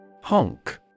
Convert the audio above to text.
Honk